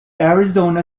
arizona